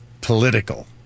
political